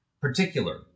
particular